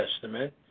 Testament